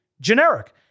generic